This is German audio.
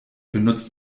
benutzt